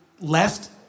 left